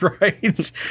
Right